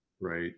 right